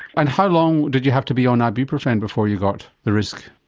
and how long did you have to be on ibuprofen before you got the risk?